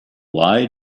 why